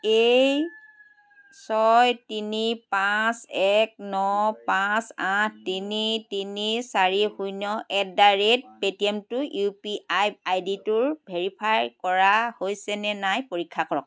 এই ছয় তিনি পাঁচ এক ন পাঁচ আঠ তিনি তিনি চাৰি শূন্য এট দ্য ৰে'ট পে'টিএমটো ইউ পি আই আই ডিটোৰ ভেৰিফাই কৰা হৈছেনে নাই পৰীক্ষা কৰক